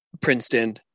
Princeton